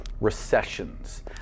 recessions